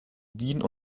wien